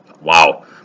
wow